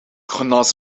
genas